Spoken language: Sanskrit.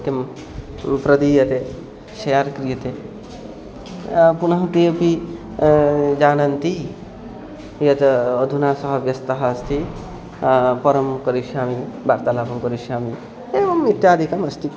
किं प्रदीयते शेर् क्रियते पुनः ते अपि जानन्ति यत् अधुना सः व्यस्तः अस्ति परं करिष्यामि वार्तालापं करिष्यामि एवम् इत्यादिकम् अस्ति